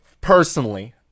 personally